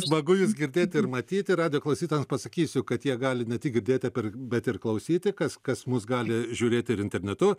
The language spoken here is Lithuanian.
smagu jus girdėti ir matyti radijo klausytojams pasakysiu kad jie gali ne tik girdėti per bet ir klausyti kas kas mus gali žiūrėti ir internetu